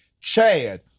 Chad